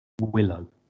Willow